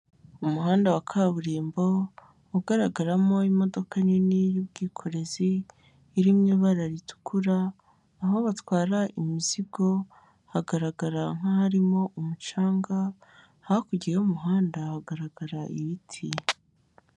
Umuhanda wa kaburimbo ugaragaramo imodoka nini y'ubwikorezi irimo ibara ritukura, aho batwara imizigo hagaragara nk'aharimo umucanga, hakurya y'umuhanda hagaragara ibiti.